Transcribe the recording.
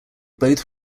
both